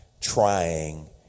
trying